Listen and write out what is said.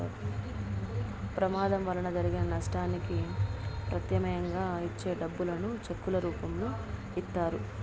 ప్రమాదం వలన జరిగిన నష్టానికి ప్రత్యామ్నాయంగా ఇచ్చే డబ్బులను చెక్కుల రూపంలో ఇత్తారు